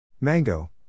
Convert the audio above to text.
Mango